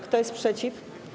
Kto jest przeciw?